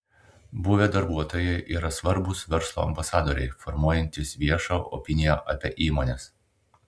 buvę darbuotojai yra svarbūs verslo ambasadoriai formuojantys viešą opiniją apie įmones